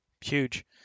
huge